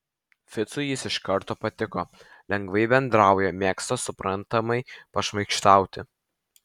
ficui jis iš karto patiko lengvai bendrauja mėgsta suprantamai pašmaikštauti